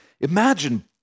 Imagine